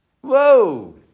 Whoa